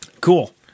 Cool